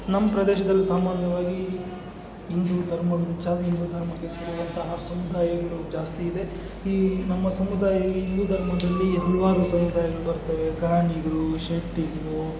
ನಮ್ಮ ಪ್ರದೇಶ್ದಲ್ಲಿ ಸಾಮಾನ್ಯವಾಗಿ ಹಿಂದೂ ಧರ್ಮಗಳು ಹಿಂದೂ ಧರ್ಮಕ್ಕೆ ಸರಿಯಾದಂತಹ ಸಮುದಾಯಗಳು ಜಾಸ್ತಿ ಇದೆ ಈ ನಮ್ಮ ಸಮುದಾಯ ಹಿಂದೂ ಧರ್ಮದಲ್ಲಿ ಹಲವಾರು ಸಮುದಾಯಗಳು ಬರ್ತವೆ ಗಾಣಿಗರು ಶೆಟ್ಟಿಗರು